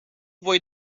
voi